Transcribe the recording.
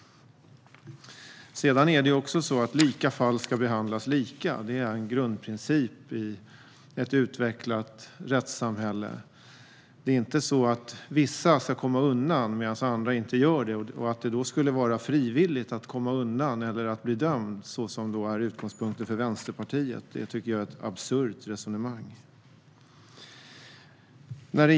Lika fall ska behandlas lika. Det är en grundprincip i ett utvecklat rättssamhälle. Det är inte så att vissa ska komma undan medan andra inte gör det. Att det skulle vara frivilligt att komma undan eller att bli dömd, så som är utgångspunkten för Vänsterpartiet, är ett absurt resonemang.